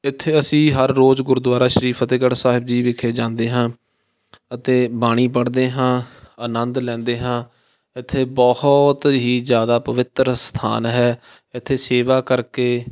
ਇੱਥੇ ਅਸੀਂ ਹਰ ਰੋਜ਼ ਗੁਰਦੁਆਰਾ ਸ਼੍ਰੀ ਫਤਿਹਗੜ੍ਹ ਸਾਹਿਬ ਜੀ ਵਿਖੇ ਜਾਂਦੇ ਹਾਂ ਅਤੇ ਬਾਣੀ ਪੜ੍ਹਦੇ ਹਾਂ ਆਨੰਦ ਲੈਂਦੇ ਹਾਂ ਇੱਥੇ ਬਹੁਤ ਹੀ ਜ਼ਿਆਦਾ ਪਵਿੱਤਰ ਅਸਥਾਨ ਹੈ ਇੱਥੇ ਸੇਵਾ ਕਰਕੇ